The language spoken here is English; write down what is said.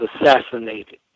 assassinated